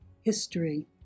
history